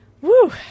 Woo